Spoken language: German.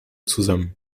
zusammen